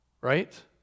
right